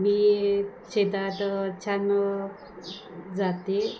मी शेतात छान जाते